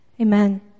Amen